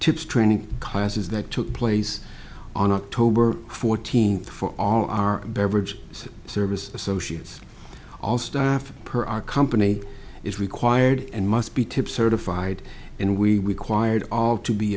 tips training classes that took place on october fourteenth for all our beverage service associates all staff per our company is required and must be to certified and we acquired all to be